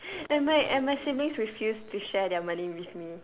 and my and my siblings refused to share their money with me